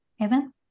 Evan